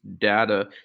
data